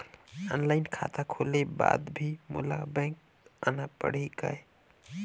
Online खाता खोले के बाद भी मोला बैंक आना पड़ही काय?